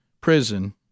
prison